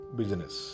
business